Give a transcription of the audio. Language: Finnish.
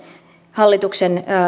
hallituksen